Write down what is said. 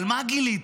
אבל מה גיליתי,